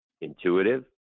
intuitive